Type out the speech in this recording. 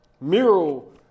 Mural